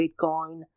Bitcoin